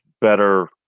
better